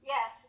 Yes